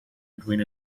between